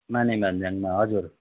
माने भन्ज्याङमा हजुर